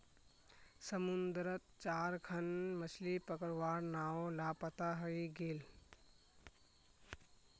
समुद्रत चार खन मछ्ली पकड़वार नाव लापता हई गेले